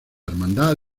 hermandad